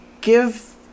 give